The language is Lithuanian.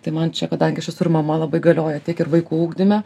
tai man čia kadangi aš esu ir mama labai galioja tiek ir vaikų ugdyme